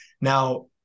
Now